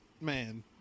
man